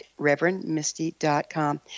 reverendmisty.com